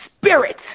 Spirit